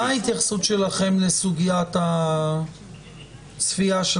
מה ההתייחסות שלכם לסוגיית הצפייה של